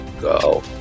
go